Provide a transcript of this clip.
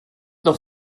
noch